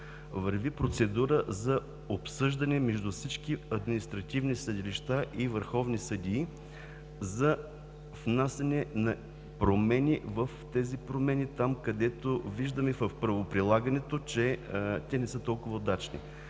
върви процедура за обсъждане между всички административни съдилища и върховни съдии за внасяне на промени там, където виждаме в правоприлагането, че те не са толкова удачни.